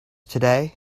today